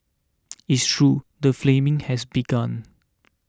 it's true the flaming has begun